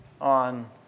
on